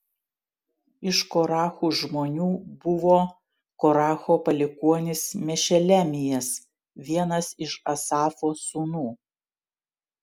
iš korachų žmonių buvo koracho palikuonis mešelemijas vienas iš asafo sūnų